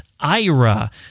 Ira